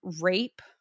rape